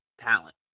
talent